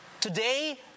Today